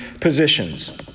positions